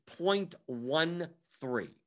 0.13